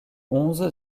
onze